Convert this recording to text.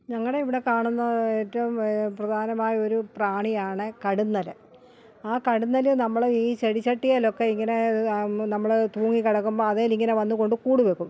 ഞങ്ങളുടെ ഇവിടെ കാണുന്ന ഏറ്റവും പ്രധാനമായ ഒരു പ്രാണിയാണ് കടന്നല് ആ കടന്നല് നമ്മുടെ ഈ ചെടിച്ചട്ടിയിലൊക്കെ ഇങ്ങനെ നമ്മള് തൂങ്ങി കിടക്കുമ്പോള് ഇങ്ങനെ അതിൽ വന്ന് കൂട് വെക്കും